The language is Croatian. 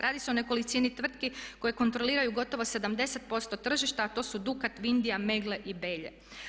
Radi se o nekolicini tvrtki koje kontroliraju gotovo 70% tržišta a to su Dukat, Vindija, Megle i Belje.